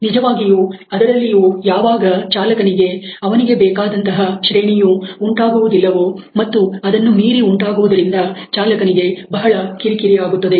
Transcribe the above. ನಿಜವಾಗಿಯೂ ಅದರಲ್ಲಿಯೂ ಯಾವಾಗ ಚಾಲಕನಿಗೆಅವನಿಗೆ ಬೇಕಾದಂತಹ ಶ್ರೇಣಿಯು ಉಂಟಾಗುವುದಿಲ್ಲವೋ ಮತ್ತು ಅದನ್ನು ಮೀರಿ ಉಂಟಾಗುವುದರಿಂದ ಚಾಲಕನಿಗೆ ಬಹಳ ಕಿರಿಕಿರಿ ಆಗುತ್ತದೆ